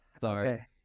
Sorry